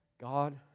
God